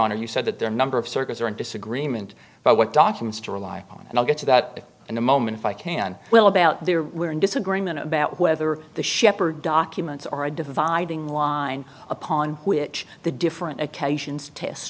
honor you said that their number of circuits are in disagreement but what documents to rely on and i'll get to that in a moment if i can well about there we're in disagreement about whether the shepherd documents are a dividing line upon which the different occasions t